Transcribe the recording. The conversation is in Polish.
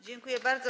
Dziękuję bardzo.